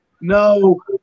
No